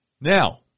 Now